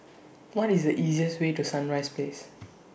What IS The easiest Way to Sunrise Place